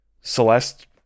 Celeste